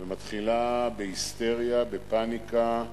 ומתחילה בהיסטריה, בפניקה,